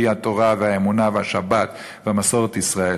והיא התורה והאמונה והשבת ומסורת ישראל,